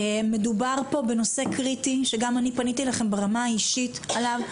מדובר פה בנושא קריטי שגם אני פניתי אליכם ברמה האישית עליו.